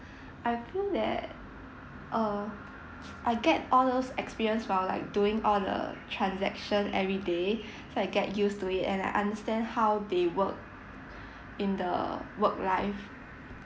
I feel that err I get all those experience while like doing all the transaction everyday so I get used to it and I understand how they work in the work life